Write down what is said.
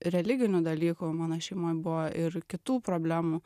religinių dalykų mano šeimoj buvo ir kitų problemų